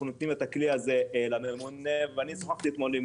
אנחנו נותנים את הכלי הזה לממונה ואני שוחחתי אתמול עם